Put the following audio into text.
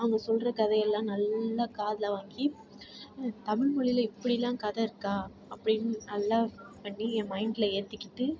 அவங்க சொல்கிற கதையெல்லாம் நல்லா காதில் வாங்கி தமிழ் மொழியில் இப்படில்லாம் கதை இருக்கா அப்படின்னு நல்லா பண்ணி என் மைண்டில் ஏற்றிக்கிட்டு